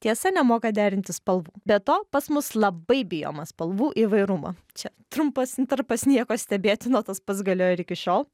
tiesa nemoka derinti spalvų be to pas mus labai bijoma spalvų įvairumo čia trumpas intarpas nieko stebėtino tas pats galioja ir iki šiol